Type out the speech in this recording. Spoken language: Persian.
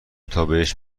تابهش